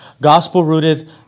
gospel-rooted